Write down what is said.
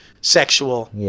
sexual